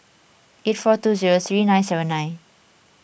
eight four two zero three nine seven nine